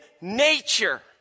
nature